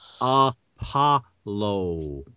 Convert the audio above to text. Apollo